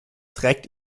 trägt